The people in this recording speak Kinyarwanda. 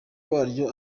waryo